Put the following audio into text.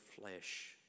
flesh